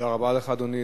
תודה רבה לך, אדוני.